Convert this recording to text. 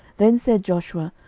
then said joshua,